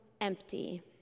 empty